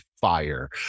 fire